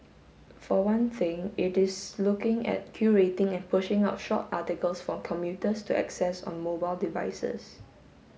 for one thing it is looking at curating and pushing out short articles for commuters to access on mobile devices